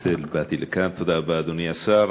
לזה באתי לכאן, תודה רבה, אדוני השר.